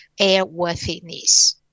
airworthiness